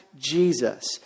Jesus